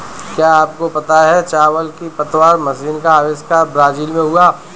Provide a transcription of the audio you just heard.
क्या आपको पता है चावल की पतवार मशीन का अविष्कार ब्राज़ील में हुआ